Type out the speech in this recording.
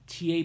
TA